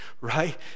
right